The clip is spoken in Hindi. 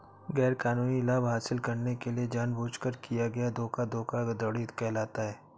गैरकानूनी लाभ हासिल करने के लिए जानबूझकर किया गया धोखा धोखाधड़ी कहलाता है